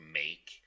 make